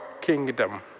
kingdom